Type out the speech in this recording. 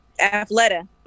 Athleta